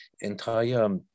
entire